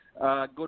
Good